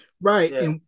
Right